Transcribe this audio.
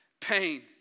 pain